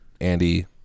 Andy